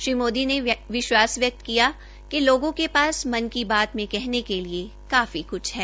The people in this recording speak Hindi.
श्री मोदी ने विश्वास व्यक्त किया है कि लोगों के पास मन की बात में कहने के लिए काफी क्छ है